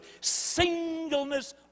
singleness